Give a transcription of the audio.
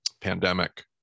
Pandemic